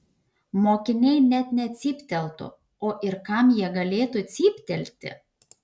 mokiniai net necypteltų o ir kam jie galėtų cyptelti